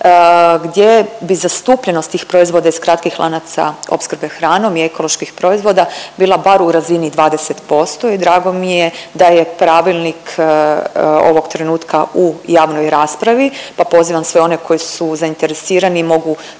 gdje bi zastupljenost tih proizvoda iz kratkih lanaca opskrbe hranom i ekoloških proizvoda bila bar u razini 20% i drago mi je da je pravilnik ovog trenutka u javnoj raspravi, pa pozivam sve one koji su zainteresirani, mogu